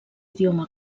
idioma